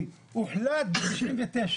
שהוחלט ב-99'